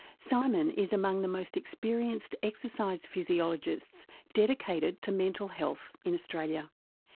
simon is among the most experienced exercise physiologists dedicated to mental health in australia.